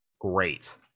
Great